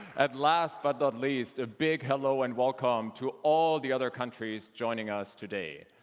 and last but not least, a big hello and welcome to all the other countries joining us today.